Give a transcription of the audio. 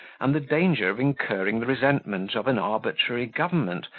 and the danger of incurring the resentment of an arbitrary government,